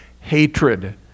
hatred